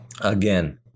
again